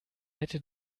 hätte